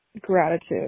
gratitude